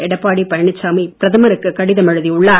எடப்பாடி பழனிசாமி பிரதமருக்கு கடிதம் எழுதி உள்ளார்